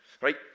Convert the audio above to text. Right